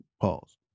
Pause